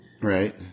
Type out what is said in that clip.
right